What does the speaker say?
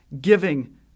Giving